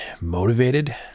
motivated